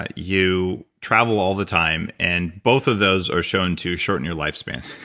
ah you travel all the time. and both of those are shown to shorten your lifespan.